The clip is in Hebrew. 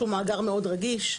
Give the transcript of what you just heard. שהוא מאגר מאוד רגיש.